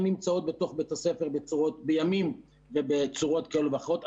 נמצאות בתוך בית הספר בימים ובצורות כאלה ואחרות,